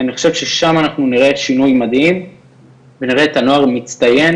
אני חושב ששם אנחנו נראה שינוי מדהים ונראה את הנוער מצטיין